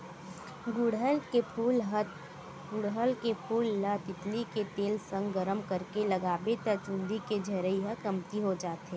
गुड़हल के फूल ल तिली के तेल संग गरम करके लगाबे त चूंदी के झरई ह कमती हो जाथे